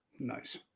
Nice